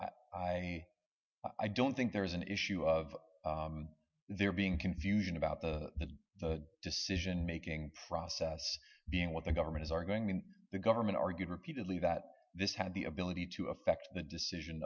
i i don't think there is an issue of there being confusion about the the decision making process being what the government is are going than the government argued repeatedly that this had the ability to affect the decision